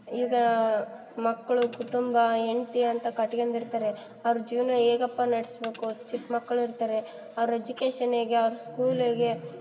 ಈಗ ಮಕ್ಕಳು ಕುಟುಂಬ ಹೆಂಡ್ತಿ ಅಂತ ಕಟ್ಕ್ಯಂಡಿರ್ತಾರೆ ಅವ್ರ ಜೀವನ ಹೇಗಪ್ಪಾ ನಡೆಸ್ಬೇಕು ಚಿಕ್ಕಮಕ್ಳು ಇರ್ತಾರೆ ಅವ್ರ ಎಜುಕೇಶನ್ ಹೇಗೆ ಅವ್ರ ಸ್ಕೂಲ್ ಹೇಗೆ